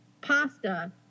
Pasta